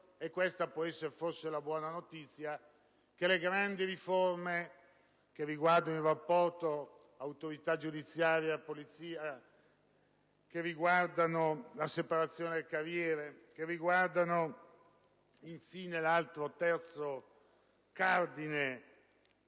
e questa può essere, forse, la buona notizia - che le grandi riforme (che riguardano il rapporto tra autorità giudiziaria e polizia giudiziaria, la separazione delle carriere e, infine, l'altro terzo cardine